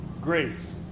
Grace